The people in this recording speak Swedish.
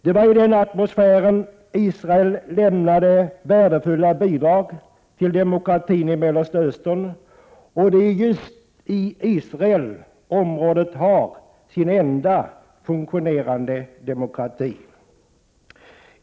Det var i den atmosfären Israel lämnade värdefulla bidrag till demokratin i Mellersta Östern, och det är just i Israel som området har sin enda fungerande demokrati.